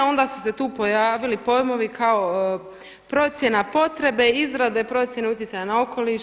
Onda su se tu pojavili pojmovi kao procjena potrebe izrade procjene utjecaja na okoliš.